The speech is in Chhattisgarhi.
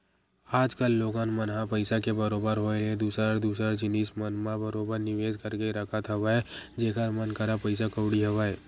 आज कल लोगन मन ह पइसा के बरोबर होय ले दूसर दूसर जिनिस मन म बरोबर निवेस करके रखत हवय जेखर मन करा पइसा कउड़ी हवय